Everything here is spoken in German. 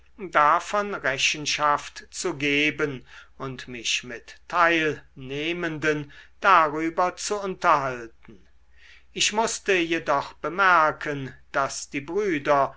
davon rechenschaft zu geben und mich mit teilnehmenden darüber zu unterhalten ich mußte jedoch bemerken daß die brüder